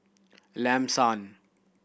Lam San